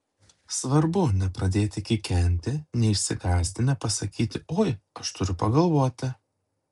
svarbu nepradėti kikenti neišsigąsti nepasakyti oi aš turiu pagalvoti